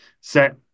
set